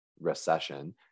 recession